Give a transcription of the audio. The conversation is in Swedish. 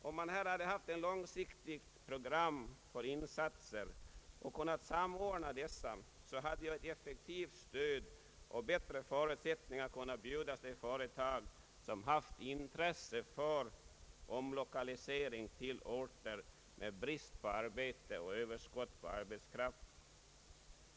Om man här hade haft ett långsiktigt program för insatser och kunnat samordna dessa, hade effektivt stöd och bättre förutsättningar kunnat bjudas de företag som haft intresse för omlokalisering till orter som haft brist på arbete och överskott på arbetskraft.